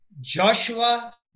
Joshua